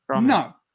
No